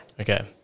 Okay